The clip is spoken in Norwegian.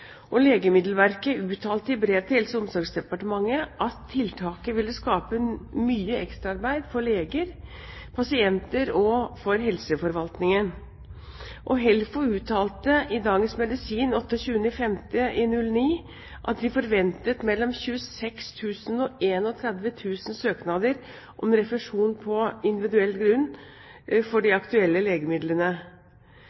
Legemiddelverket uttalte i brev til Helse- og omsorgsdepartementet at tiltaket ville skape mye ekstraarbeid for leger, pasienter og helseforvaltningen. HELFO uttalte i Dagens medisin 28. mai 2009 at de forventet mellom 26 000 og 31 000 søknader om refusjon på individuelt grunnlag for de